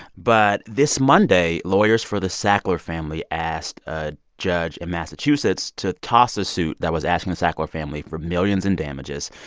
but this monday, lawyers for the sackler family asked a judge in massachusetts to toss a suit that was asking the sackler family for millions in damages.